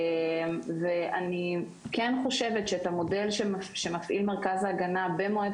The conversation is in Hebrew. ואני כן חושבת שאת המודל שמפעיל מרכז ההגנה במועד